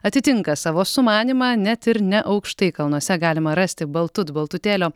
atitinka savo sumanymą net ir ne aukštai kalnuose galima rasti baltut baltutėlio